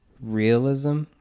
realism